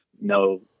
no